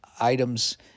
items